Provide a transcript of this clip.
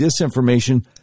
disinformation